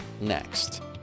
next